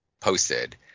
posted